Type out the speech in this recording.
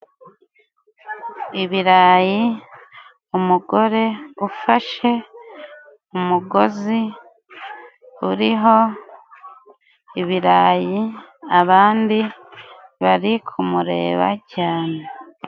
Ibirayi, umugore ufashe umugozi uriho ibirayi, abandi bari kumureba cyane.